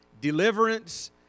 deliverance